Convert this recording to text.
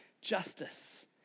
Justice